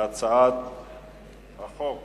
בהצעת חוק